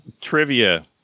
Trivia